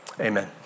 Amen